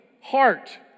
heart